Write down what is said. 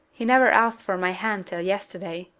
he never asked for my hand till yesterday.